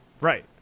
right